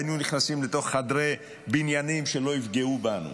היינו נכנסים לתוך חדרי בניינים, שלא יפגעו בנו.